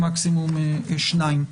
במקסימום שניים.